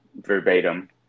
verbatim